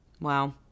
wow